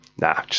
nah